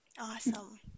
awesome